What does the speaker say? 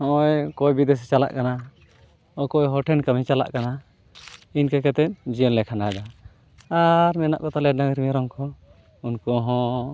ᱱᱚᱜᱼᱚᱸᱭ ᱚᱠᱚᱭ ᱵᱤᱫᱮᱥᱼᱮ ᱪᱟᱞᱟᱜ ᱠᱟᱱᱟ ᱚᱠᱚᱭ ᱦᱚᱲᱴᱷᱮᱱ ᱠᱟᱹᱢᱤ ᱪᱟᱞᱟᱜ ᱠᱟᱱᱟ ᱤᱱᱠᱟᱹ ᱠᱟᱛᱮ ᱡᱤᱭᱚᱱᱞᱮ ᱠᱷᱟᱸᱰᱟᱣᱮᱫᱟ ᱟᱨ ᱢᱮᱱᱟᱜ ᱠᱚ ᱛᱟᱞᱮᱭᱟ ᱰᱟᱹᱝᱨᱤ ᱢᱮᱨᱚᱢᱠᱚ ᱩᱱᱠᱚ ᱦᱚᱸ